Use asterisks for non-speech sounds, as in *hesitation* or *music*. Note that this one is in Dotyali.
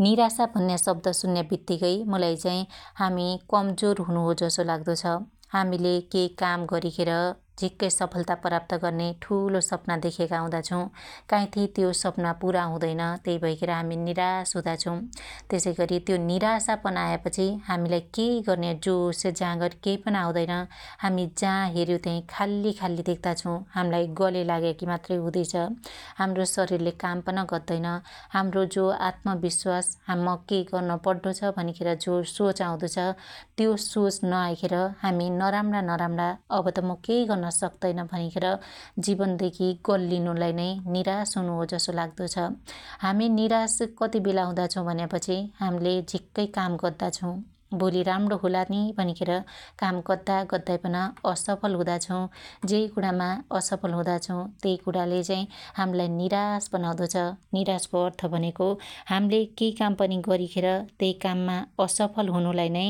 निराशा भन्या शब्द सुन्या बित्तिकै मुलाई चाइ हामि कमजोर हुनु हो जसो लाग्दो छ । हामिले के काम गरीखेर झिक्कै सफलता प्राप्त गर्न्या ठुलो सपना देख्याका हुदा छु । काईथी त्यो सपना पुरा हुदैन तै भैखेर हामि निराश हुदा छ । त्यसैगरी त्यो निराशापन आयापछी हामिलाई केइ गर्न्या जोश जागर केइ पन आउदैन, हामी जा हेर्या त्याइ खाल्ली खाल्ली देख्ता छु । हाम्लाई गल्याइ लाग्याकी मात्रै हुदी छ ,हाम्रो शरिले काम पन गर्दैन । हाम्रो जो आत्म बिश्वास *hesitation* म केइ गर्न पड्डो छ भनिखेर जो सोच आउदो छ त्यो सोच नआइखेर हामि नराम्रा नराम्रा अब त म केइ गर्न सक्तैन भनिखेर जीवन देखी गल्लीनुलाई नै निराश हुनु हो जसो लाग्दो छ । हामी निराश कली बेला हुदा छु भन्यापछी हाम्ले झिक्कै काम गद्दा छौ भोली राम्रो होला नी भनिखेर काम गद्दा गद्दै पन असफल हुदा छौ जै कुणामा असफल हुदा छौ त्यइ कुणाले चाइ हाम्लाई निराश बनाउदो छ । निराशको अर्थ भनेको हाम्ले के काम पनि गरीखेर त्यइ काममा असफल हुनुलाई नै